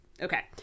Okay